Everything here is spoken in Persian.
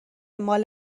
مال